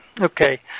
Okay